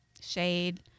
shade